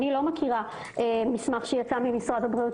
אני לא מכירה מסמך שיצא ממשרד הבריאות